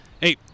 hey